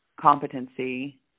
competency